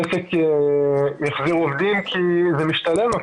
העסק יחזיר עובדים כי זה משתלם לו,